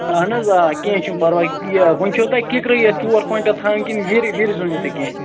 اہن حظ آ کیٚنٛہہ چھُنہٕ پَرواے یہِ وۄنۍ چھُو تۄہہِ کِکرٕے یوٗت ژور کۄنٛٹل تھاوٕنۍ کِنہٕ وِرِ وِرِ زیٚون تہِ کیٚنٛہہ